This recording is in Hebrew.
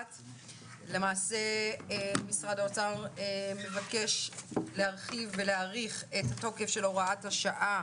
למעשה משרד האוצר מבקש להרחיב ולהאריך את התוקף של הוראת השעה